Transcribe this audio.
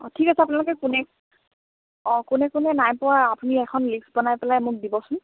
অঁ ঠিক আছে আপোনালোকে কোনে অঁ কোনে কোনে নাই পোৱা আপুনি এখন লিষ্ট বনাই পেলাই মোক দিবচোন